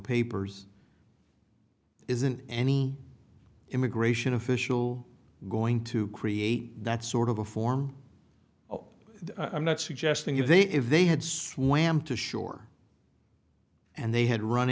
papers isn't any immigration official going to create that sort of a form i'm not suggesting if they if they had swam to shore and they had run